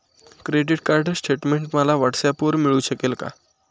Credit card statement मला व्हॉट्सऍपवर मिळू शकेल का?